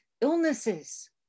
illnesses